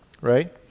Right